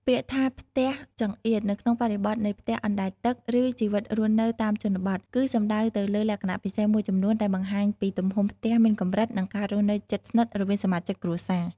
ពាក្យថា "ផ្ទះចង្អៀត" នៅក្នុងបរិបទនៃផ្ទះអណ្ដែតទឹក ឬជីវិតរស់នៅតាមជនបទ គឺសំដៅទៅលើលក្ខណៈពិសេសមួយចំនួនដែលបង្ហាញពីទំហំផ្ទះមានកម្រិត និងការរស់នៅជិតស្និទ្ធរវាងសមាជិកគ្រួសារ។